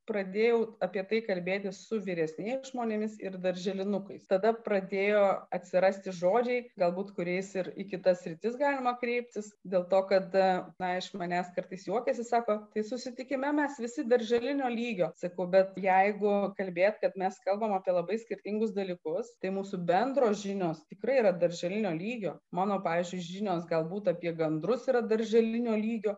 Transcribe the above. pradėjau apie tai kalbėtis su vyresniais žmonėmis ir darželinukais tada pradėjo atsirasti žodžiai galbūt kuriais ir į kitas sritis galima kreiptis dėl to kad na iš manęs kartais juokiasi sako tai susitikime mes visi darželinio lygio tsakau bet jeigu kalbėti kad mes kalbame apie labai skirtingus dalykus tai mūsų bendros žinios tikrai yra darželinio lygio mano pavyzdžiui žinios galbūt apie gandrus yra darželinio lygio